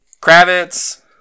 Kravitz